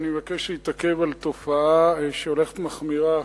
אני מבקש להתעכב על תופעה שהולכת ומחמירה,